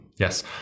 Yes